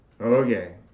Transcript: Okay